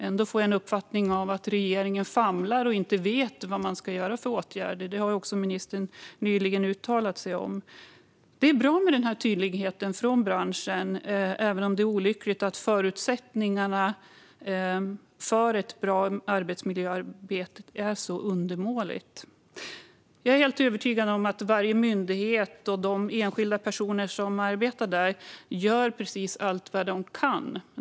Ändå får jag intrycket att regeringen famlar och inte vet vad man ska vidta för åtgärder. Det har också ministern nyligen uttalat sig om. Det är bra med denna tydlighet från branschens sida, men det är olyckligt att förutsättningarna för ett bra arbetsmiljöarbete är så undermåliga. Jag är helt övertygad om att varje myndighet och de enskilda personer som arbetar där gör precis allt de kan.